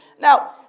Now